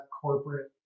corporate